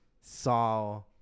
saw